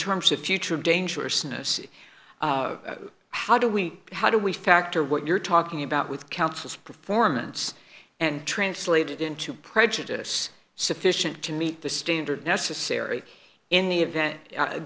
terms of future dangerousness how do we how do we factor what you're talking about with counsel's performance and translated into prejudice sufficient to meet the standard necessary in the event